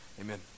Amen